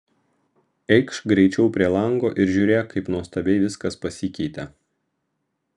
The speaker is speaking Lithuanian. eikš greičiau prie lango ir žiūrėk kaip nuostabiai viskas pasikeitė